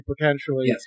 potentially